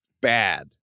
bad